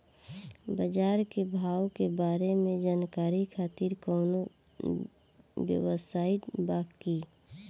बाजार के भाव के बारे में जानकारी खातिर कवनो वेबसाइट बा की?